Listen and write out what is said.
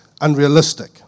unrealistic